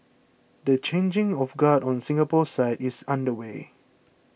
the changing of guard on the Singapore side is underway